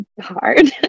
hard